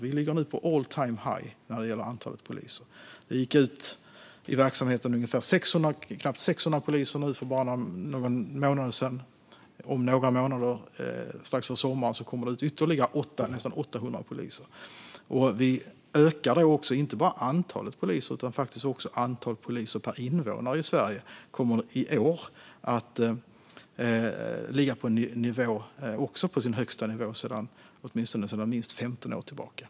Vi ligger nu på all-time-high när det gäller antalet poliser. För bara några månader sedan gick knappt 600 poliser ut i verksamheten. Om några månader, strax före sommaren, kommer det ut ytterligare nästan 800 poliser. Vi ökar då inte bara antalet poliser utan faktiskt också antalet poliser per invånare i Sverige. Det kommer i år att ligga på den högsta nivån åtminstone sedan minst 15 år tillbaka.